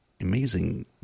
Amazing